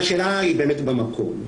והשאל היא באמת במקום.